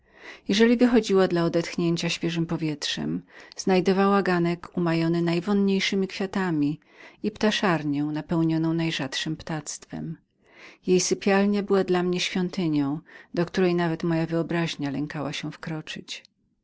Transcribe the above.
jeżeli wychodziła dla odetchnięcia świeżem powietrzem znajdowała ganek umajony najwonniejszemi kwiatami i ptaszarnię napełnioną najrzadszem ptastwem co zaś do jej sypialni zaledwie odważałem się marzyć o niej jak o świątyni do której nawet moja wyobraźnia lękała się wkroczyć